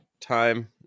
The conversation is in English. time